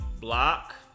block